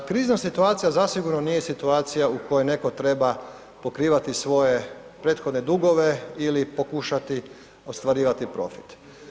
Da, krizna situacija zasigurno nije situacija u kojoj neko treba pokrivati svoje prethodne dugove ili pokušati ostvarivati profit.